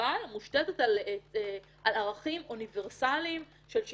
אבל מושתתת על ערכים אוניברסליים של שוויון,